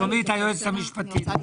היועצת המשפטית.